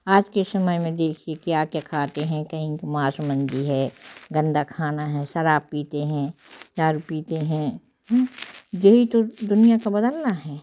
आज के समय में देखिए क्या क्या खाते हैं कहीं मांस मछली है गंदा खाना है शराब पीते हैं दारू पीते हैं यही तो दुनिया का बदलना है